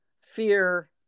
fear